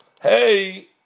Hey